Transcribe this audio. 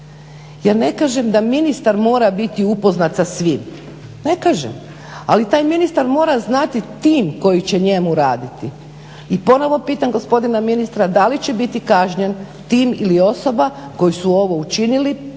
Ja ne kažem da ministar mora biti upoznat sa svim, ne kažem, ali taj ministar mora znati tim koji će njemu raditi i ponovo pitam gospodina ministra, da li će biti kažnjen tim ili osoba koji su ovo učinili, praktički